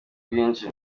bwinshi